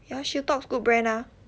ya Shieldtox good brand ah